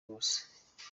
bose